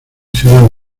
ciudad